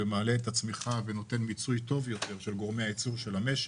מעלות את הצמיחה ונותנות מיצוי טוב יותר של גורמי ייצור של המשק.